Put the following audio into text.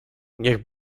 niech